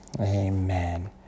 Amen